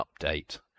update